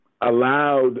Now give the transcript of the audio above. allowed